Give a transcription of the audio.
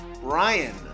Brian